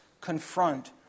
confront